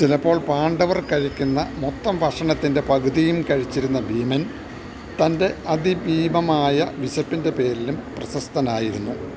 ചിലപ്പോൾ പാണ്ഡവർ കഴിക്കുന്ന മൊത്തം ഭക്ഷണത്തിന്റെ പകുതിയും കഴിച്ചിരുന്ന ഭീമൻ തന്റെ അതിഭീമമായ വിശപ്പിന്റെ പേരിലും പ്രശസ്തനായിരുന്നു